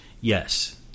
Yes